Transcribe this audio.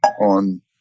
on